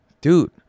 Dude